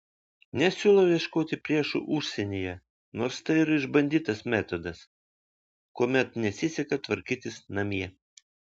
nesiūlau ieškoti priešų užsienyje nors tai ir išbandytas metodas kuomet nesiseka tvarkytis namie